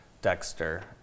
Dexter